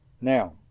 Now